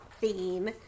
theme